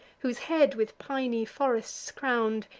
whose head, with piny forests crown'd,